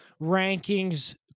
rankings